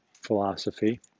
philosophy